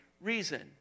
reason